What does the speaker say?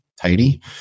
tidy